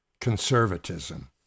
conservatism